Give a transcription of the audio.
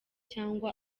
cyangwa